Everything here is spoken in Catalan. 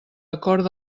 acord